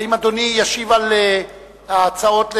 האם אדוני ישיב על הצעות אי-האמון?